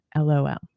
lol